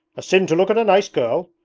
a sin to look at a nice girl?